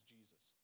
Jesus